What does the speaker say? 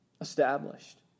established